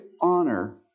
honor